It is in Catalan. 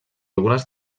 algunes